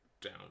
down